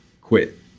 quit